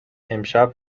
امشب